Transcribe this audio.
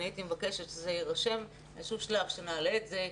אני הייתי מבקשת שזה יירשם באיזשהו שלב שנעלה את זה,